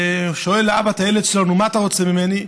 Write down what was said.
שואל האבא את הילד שלו: נו, מה אתה רוצה ממני?